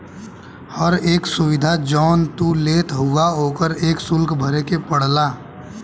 हर एक सुविधा जौन तू लेत हउवा ओकर एक सुल्क भरे के पड़ला